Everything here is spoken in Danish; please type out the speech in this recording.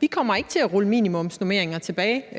Vi kommer ikke til at rulle minimumsnormeringerne tilbage.